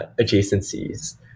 adjacencies